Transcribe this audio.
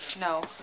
No